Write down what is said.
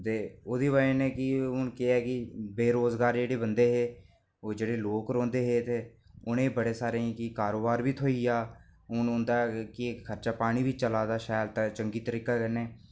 ते हून ओह्दी बजह कन्नै केह् ऐ कि बेरोज़गार जेह्ड़े बंदे हे ओह् जेह्ड़े लोक रौंह्दे हे ते उ'नें बड़े सारेंगी कारोबार बी थ्होई गेआ ते हून उं'दा केह् खर्चा पानी बी चला दा शैल चंगी तरह कन्नै